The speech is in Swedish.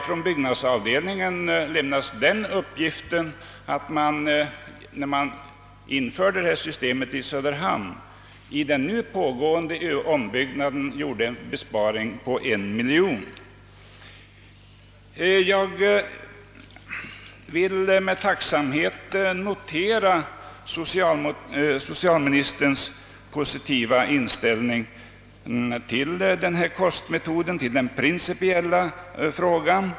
Från byggnadsavdelningen har lämnats den uppgiften, att man när man införde detta system i Söderhamn vid den nu pågående ombyggnaden gjorde en besparing på en miljon kronor. Jag vill med tacksamhet notera socialministerns principiellt positiva inställning till denna kostmetod.